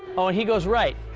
ah he goes right.